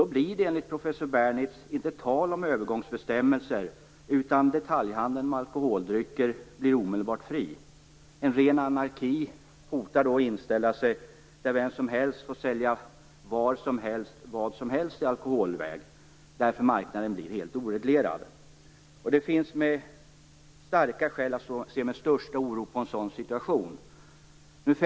Då blir det, enligt professor Bernitz, inte tal om övergångsbestämmelser, utan detaljhandeln med alkoholdrycker blir omedelbart fri. En ren anarki hotar då att inställa sig. Vem som helst får sälja vad som helst i alkoholväg var som helst därför att marknaden blir helt oreglerad. Det finns starka skäl att se med största oro på en sådan situation.